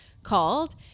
called